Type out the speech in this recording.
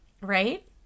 right